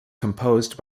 composed